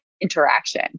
interaction